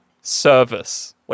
service